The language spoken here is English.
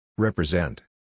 Represent